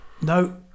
No